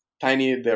tiny